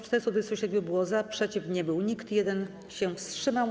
427 było za, przeciw nie był nikt, 1 się wstrzymał.